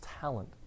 talent